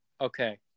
okay